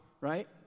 right